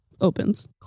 Opens